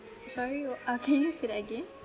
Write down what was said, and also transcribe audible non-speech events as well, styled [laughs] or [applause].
sorry wha~ uh [laughs] can you say that again